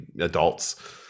adults